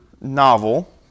novel